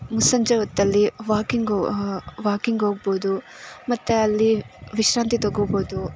ಮುಸ್ಸಂಜೆ ಹೊತ್ತಲ್ಲಿ walking walking ಹೋಗ್ಬೋದು ಮತ್ತು ಅಲ್ಲಿ ವಿಶ್ರಾಂತಿ ತಗೊಳ್ಬೋದು